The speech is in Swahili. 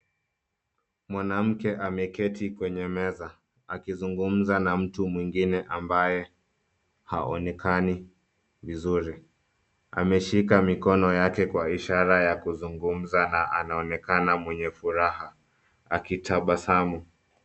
Mwanamke ameketi kwenye meza akizugumza na mtu mwingine ambaye haonekani vizuri. Ameshika mikono yake kwa ishara ya kuzugumza na anaonekana mwenye furaha akitabasamu.